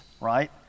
Right